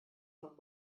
von